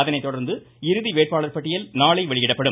அதனை தொடர்ந்து இறுதி வேட்பாளர் பட்டியல் நாளை வெளியிடப்படும்